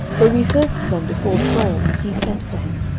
they rehearsed them before saul and he sent for him.